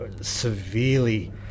severely